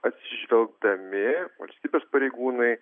atsižvelgdami valstybės pareigūnai